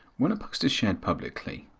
when a post is shared publicly,